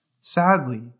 Sadly